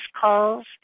calls